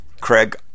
Craig